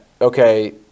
okay